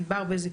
ענבר בזק,